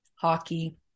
hockey